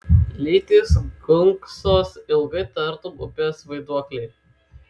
lytys gunksos ilgai tartum upės vaiduokliai